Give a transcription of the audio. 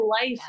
life